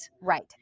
Right